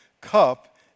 cup